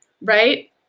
right